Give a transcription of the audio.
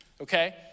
okay